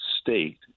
state